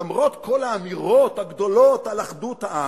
למרות כל האמירות הגדולות על אחדות העם,